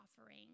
offering